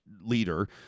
leader